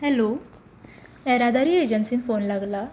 hello येरादारी एजन्सींत phone लागला